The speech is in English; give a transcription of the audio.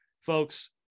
folks